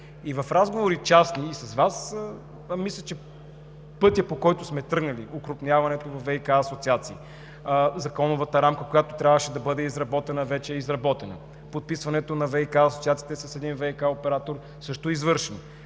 разговори и с Вас мисля, че пътят, по който сме тръгнали – окрупняването във ВиК асоциациите, законовата рамка, която трябваше да бъде изработена, вече е изработена, подписването на ВиК асоциацията с един ВиК оператор също е извършено,